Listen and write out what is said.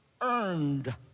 earned